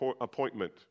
appointment